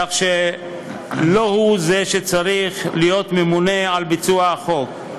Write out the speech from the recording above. כך שלא הוא שצריך להיות ממונה על ביצוע החוק.